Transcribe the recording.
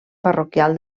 parroquial